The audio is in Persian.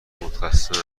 متخصصان